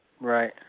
Right